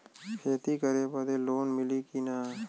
खेती करे बदे लोन मिली कि ना?